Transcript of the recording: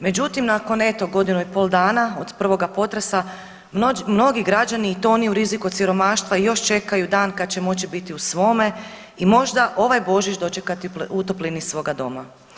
Međutim, nakon eto godinu i pol dana od prvoga potresa mnogi građani i to oni u riziku od siromaštva još čekaju dan kada će moći biti u svome i možda ovaj Božić dočekati u toplini svoga doma.